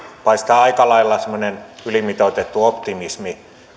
paistaa aika lailla semmoinen ylimitoitettu optimismi